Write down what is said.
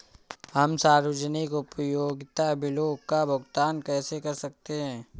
हम सार्वजनिक उपयोगिता बिलों का भुगतान कैसे कर सकते हैं?